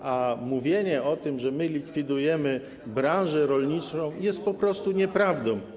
Natomiast mówienie o tym, że my likwidujemy branżę rolniczą, jest po prostu nieprawdą.